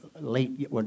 late